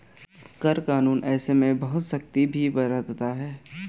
कर कानून ऐसे में बहुत सख्ती भी बरतता है